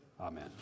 Amen